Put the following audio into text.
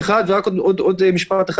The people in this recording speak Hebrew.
רק עוד משפט אחד.